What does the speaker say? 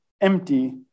empty